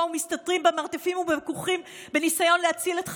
ומסתתרים במרתפים ובכוכים בניסיון להציל את חייהם,